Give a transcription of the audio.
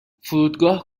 فرودگاه